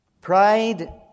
pride